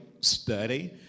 study